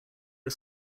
are